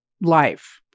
life